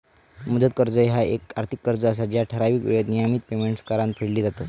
मुदत कर्ज ह्या येक आर्थिक कर्ज असा जा ठराविक येळेत नियमित पेमेंट्स करान फेडली जातत